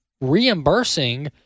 reimbursing